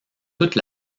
toute